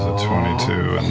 twenty two,